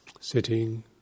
Sitting